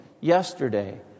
yesterday